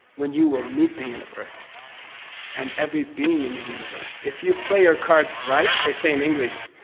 when you will meet the universe and every being in the universe. if you play your cards right, they say in english,